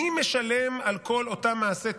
מי משלם על כל אותם מעשי טרור?